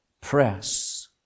press